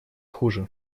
хуже